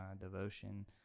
devotion